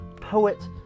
poet